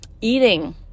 eating